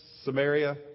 Samaria